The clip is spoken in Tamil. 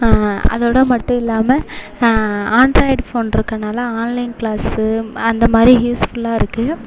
அதோடு மட்டும் இல்லாமல் ஆண்ட்ராய்ட் ஃபோன் இருக்கனால ஆன்லைன் கிளாஸு அந்த மாதிரி யூஸ்ஃபுல்லாக இருக்கு